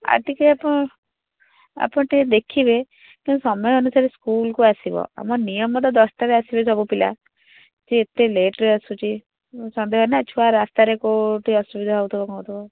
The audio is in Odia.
ଆଉ ଟିକେ ଆପଣ ଆପଣ ଟିକେ ଦେଖିବେ କିନ୍ତୁ ସମୟ ଅନୁସାରେ ସ୍କୁଲକୁ ଆସିବ ଆମ ନିୟମ ତ ଦଶଟାରେ ଆସିବେ ସବୁ ପିଲା ସିଏ ଏତେ ଲେଟ୍ରେ ଆସୁଛି ସନ୍ଦେହ ନା ଛୁଆ ରାସ୍ତାରେ କେଉଁଠି ଅସୁବିଧା ହେଉଥିବ କ'ଣ ହେଉଥିବ